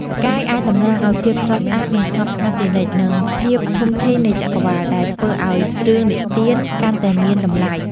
ផ្កាយអាចតំណាងឲ្យភាពស្រស់ស្អាត នឹងស្ងប់ស្ងាត់ជានិច្ច និងភាពធំធេងនៃចក្រវាឡ ដែលធ្វើឲ្យរឿងនិទានកាន់តែមានតម្លៃ ។